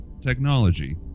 technology